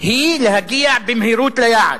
היא לאפשר להגיע במהירות ליעד,